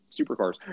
supercars